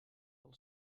del